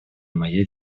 моей